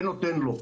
ונותן לו.